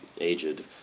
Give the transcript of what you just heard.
aged